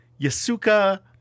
Yasuka